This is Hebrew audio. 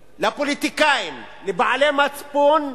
לפוליטיקאים, לבעלי מצפון,